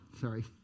Sorry